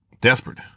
Desperate